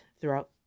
throughout